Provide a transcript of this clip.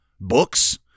books